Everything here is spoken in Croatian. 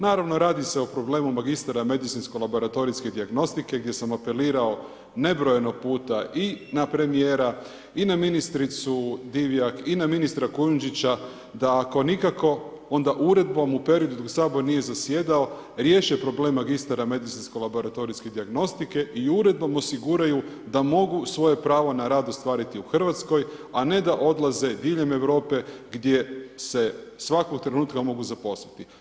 Naravno, radi se o problemu magistara medicinsko-laboratorijske dijagnostike gdje sam apelirao nebrojeno puta i na premijera i na ministricu i na ministra Kujundžića da ako nikako, onda uredbom u periodu kad sabor nije zasjedao riješe problem magistara medicinsko-laboratorijske dijagnostike i uredbom osiguraju da mogu svoje pravo na rad ostvariti u RH, a ne da odlaze diljem Europe gdje se svakog trenutka mogu zaposliti.